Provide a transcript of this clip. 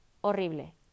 horrible